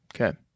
Okay